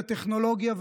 לטכנולוגיה,